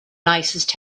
nicest